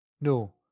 No